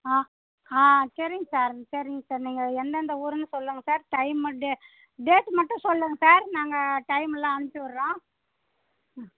ஆ ஆ சரிங்க சார் சரிங்க சார் நீங்கள் எந்தெந்த ஊரென்னு சொல்லுங்க சார் டைமு டேட் மட்டும் சொல்லுங்க சார் நாங்கள் டைமெல்லாம் அனுப்பிச்சி விடுறோம்